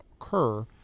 occur